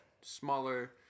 smaller